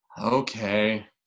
Okay